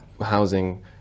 housing